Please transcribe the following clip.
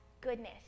goodness